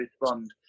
respond